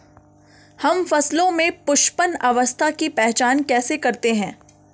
हम फसलों में पुष्पन अवस्था की पहचान कैसे करते हैं?